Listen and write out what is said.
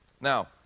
Now